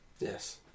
Yes